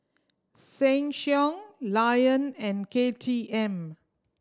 Sheng Siong Lion and K T M